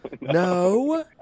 No